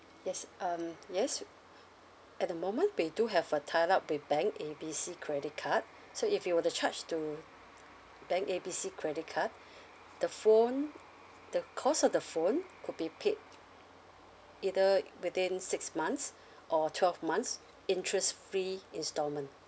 yes um yes at the moment we do have a tied up with bank A B C credit card so if you were to charge to bank A B C credit card the phone the cost of the phone could be paid either within six months or twelve months interest free instalment